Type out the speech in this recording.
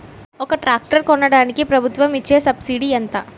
ఒక ట్రాక్టర్ కొనడానికి ప్రభుత్వం ఇచే సబ్సిడీ ఎంత?